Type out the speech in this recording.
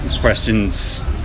questions